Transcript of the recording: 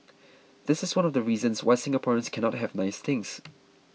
this is one of the reasons why Singaporeans cannot have nice things